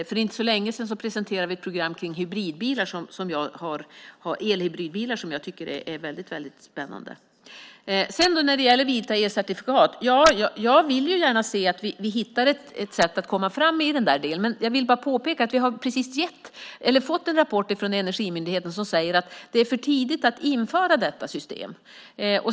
För inte så länge sedan presenterade vi ett program för elhybridbilar som jag tycker är mycket spännande. När det gäller vita elcertifikat vill jag säga att jag gärna ser att vi hittar ett sätt att komma fram, men samtidigt vill jag påpeka att vi fått en rapport från Energimyndigheten som säger att det är för tidigt att införa ett sådant system.